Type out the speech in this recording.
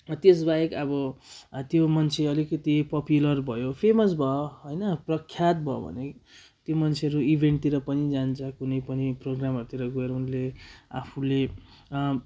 त्यस बाहेक अब त्यो मन्छे अलिकति पपुलर भयो फेमस भयो होइन प्रख्यात भयो भने त्यो मान्छेहरू इभेन्टतिर पनि जान्छ कुनै पनि प्रोगामहरूतिर गोएर उनले आफूले